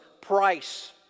price